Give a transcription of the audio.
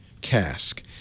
cask